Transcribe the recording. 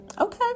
okay